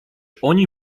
oni